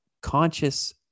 conscious